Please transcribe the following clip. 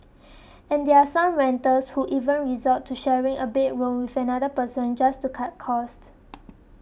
and there are some renters who even resort to sharing a bedroom with another person just to cut costs